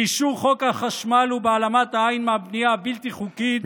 באישור חוק החשמל ובהעלמת העין מהבנייה הבלתי-חוקית בשטחי C,